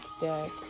deck